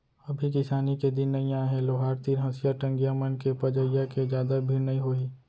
अभी किसानी के दिन नइ आय हे लोहार तीर हँसिया, टंगिया मन के पजइया के जादा भीड़ नइ होही